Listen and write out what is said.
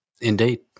Indeed